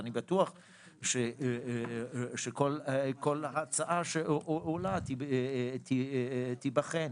אני בטוח שכל הצעה שעולה תיבחן.